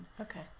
Okay